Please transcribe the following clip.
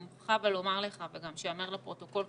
אבל אני מוכרחה לומר לך ושגם ייאמר לפרוטוקול,